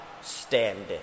standing